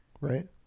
Right